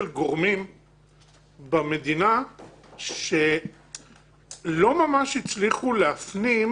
גורמים במדינה שלא ממש הצליחו להפנים,